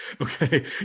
Okay